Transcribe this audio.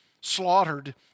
slaughtered